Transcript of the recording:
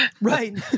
Right